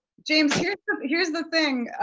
james, here's here's the thing,